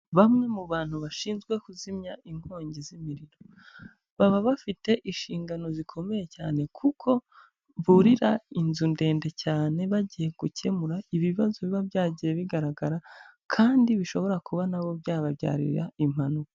Bamwe mu bantu bashinzwe kuzimya inkongi z'imiriro, baba bafite inshingano zikomeye cyane kuko burira inzu ndende cyane, bagiye gukemura ibibazo biba byagiye bigaragara kandi bishobora kuba na bo byababyarira impanuka.